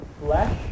flesh